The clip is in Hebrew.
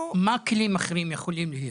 --- מה הכלים האחרים יכולים להיות?